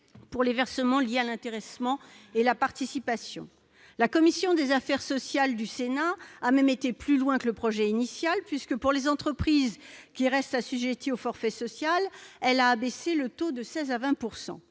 pour les versements liés à l'intéressement et à la participation. La commission des affaires sociales du Sénat a même été plus loin que le projet initial, puisque, pour les entreprises qui restent assujetties au forfait social, elle a abaissé le taux de 16 % à 10 %.